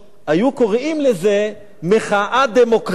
היו קוראים לזה "מחאה דמוקרטית".